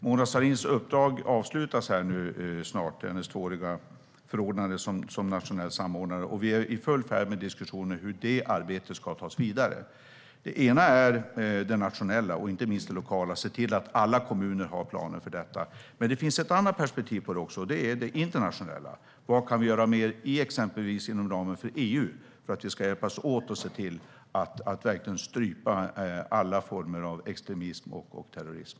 Mona Sahlins tvååriga förordnande som nationell samordnare avslutas snart, och diskussionen om hur det arbetet ska tas vidare är i full gång. Det ena är det nationella och inte minst det lokala, det vill säga att se till att alla kommuner har planer för detta. Men det finns ett annat perspektiv på det också, och det är det internationella. Vad kan vi göra mer, exempelvis inom ramen för EU, för att hjälpas åt att se till att verkligen strypa alla former av extremism och terrorism?